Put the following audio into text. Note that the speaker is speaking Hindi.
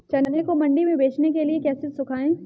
चने को मंडी में बेचने के लिए कैसे सुखाएँ?